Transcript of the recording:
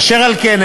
אשר על כן,